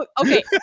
okay